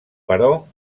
però